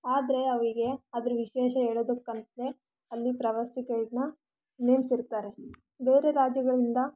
ಆದರೆ ಅವರಿಗೆ ಅದರ ವಿಶೇಷ ಹೇಳೋದಕ್ಕಂತಲೇ ಅಲ್ಲಿ ಪ್ರವಾಸಿ ಗೈಡ್ನ ನಿಲ್ಸಿರ್ತಾರೆ ಬೇರೆ ರಾಜ್ಯಗಳಿಂದ